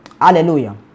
Hallelujah